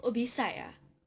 oh beside ah